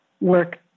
work